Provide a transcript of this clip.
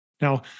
Now